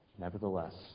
nevertheless